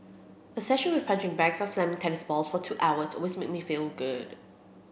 a session with punching bags or slamming tennis balls for two hours always makes me feel good